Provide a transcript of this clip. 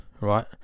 right